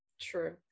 True